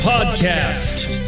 Podcast